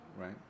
right